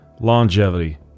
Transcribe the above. longevity